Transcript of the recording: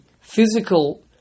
physical